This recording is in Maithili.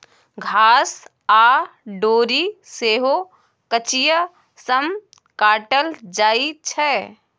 घास आ डोरी सेहो कचिया सँ काटल जाइ छै